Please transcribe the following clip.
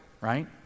right